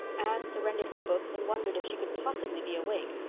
anne surrendered her books and wondered if she could possibly be awake.